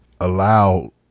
allow